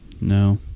No